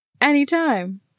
Anytime